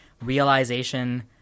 realization